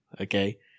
Okay